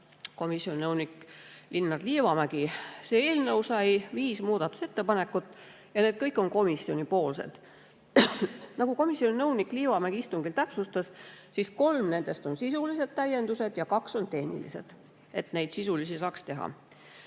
komisjoni nõunik Linnar Liivamägi. Selle eelnõu kohta tehti viis muudatusettepanekut ja need kõik on komisjoni esitatud. Nagu komisjoni nõunik Liivamägi istungil täpsustas, kolm nendest on sisulised täiendused ja kaks tehnilised, et neid sisulisi saaks